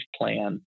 plan